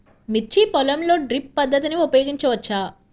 మిర్చి పొలంలో డ్రిప్ పద్ధతిని ఉపయోగించవచ్చా?